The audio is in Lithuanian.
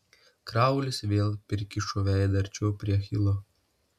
kraulis vėl prikišo veidą arčiau prie achilo